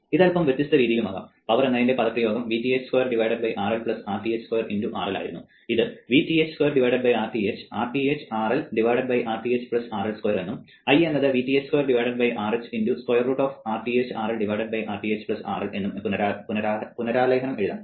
ഇത് അൽപ്പം വ്യത്യസ്തമായ രീതിയിലും നൽകാം പവർ എന്നതിന്റെ പദപ്രയോഗം Vth2 RL Rth 2 × RL ആയിരുന്നു ഇത് Vth 2 Rth Rth RL Rth RL2 എന്നും I എന്നത് Vth 2 Rth × square root Rth RL Rth RL എന്നും പുനരാലേഖനം ചെയ്യാം